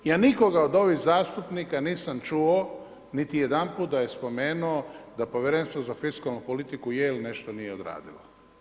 Ja nikoga od ovih zastupnika nisam čuo niti jedanput da je spomenuo da Povjerenstvo za fiskalnu politiku je ili nije nešto odradilo.